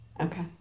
Okay